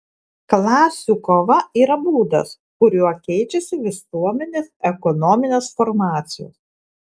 klasių kova yra būdas kuriuo keičiasi visuomenės ekonominės formacijos